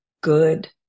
good